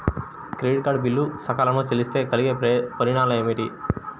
Credit card bill సకాలంలో చెల్లిస్తే కలిగే పరిణామాలేమిటి?